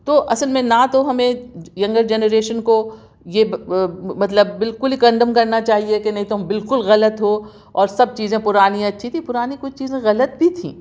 تو اصل میں نہ تو ہمیں ینگر جنریشن کو یہ مطلب بالکل ہی کنڈم کرنا چاہئے کہ نہیں تم بالکل غلط ہو اور سب چیزیں پرانی اچھی تھی پرانی کچھ چیزیں غلط بھی تھیں